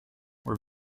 were